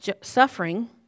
suffering